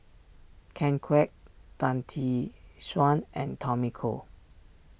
Ken Kwek Tan Tee Suan and Tommy Koh